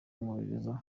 kumwoherereza